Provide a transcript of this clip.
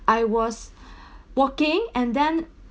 I was walking and then